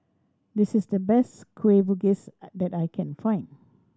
this is the best Kueh Bugis I that I can find